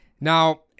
Now